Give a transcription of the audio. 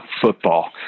football